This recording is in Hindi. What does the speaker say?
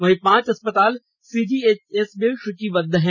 वहीं पांच अस्पताल सीजीएचएस में सूचीबद्ध हैं